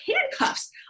handcuffs